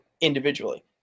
individually